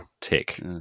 Tick